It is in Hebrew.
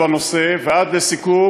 בסדר,